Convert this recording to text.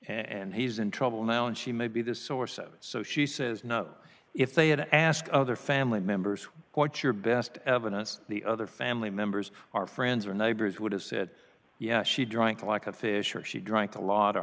and he's in trouble now and she may be the source of so she says no if they had to ask other family members what's your best evidence the other family members or friends or neighbors would have said yeah she drank like a fish or she drank a lot of